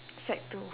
sec two